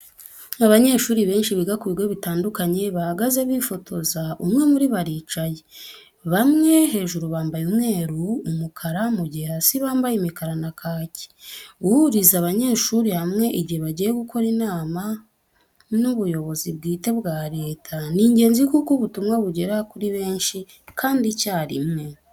Abanyeshuri benshi biga ku bigo bitandukanye bahagaze bifotoza, umwe muri bo aricaye. Bamwe hejuru bambaye umweru, umukara, mu gihe hasi bambaye imikara na kaki. Guhuriza abanyeshuri hamwe igihe bagiye gukorana inama n'ubuyobozi bwite bwa leta ni ingenzi kuko ubutumwa bugera kuri benshi kandi icyarimwe.